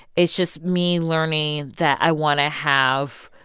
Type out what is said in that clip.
it's just me learning that i want to have